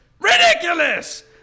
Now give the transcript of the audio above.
Ridiculous